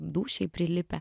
dūšiai prilipę